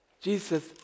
Jesus